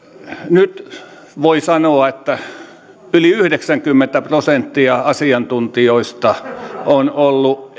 nyt voi sanoa että yli yhdeksänkymmentä prosenttia asiantuntijoista on ollut